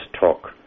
talk